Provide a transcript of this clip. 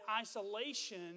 isolation